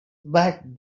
but